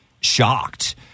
shocked